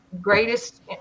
greatest